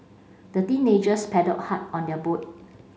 the teenagers paddled hard on their boat